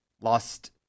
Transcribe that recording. lost